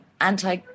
anti